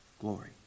glory